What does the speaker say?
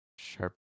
Sharp